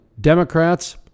Democrats